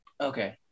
Okay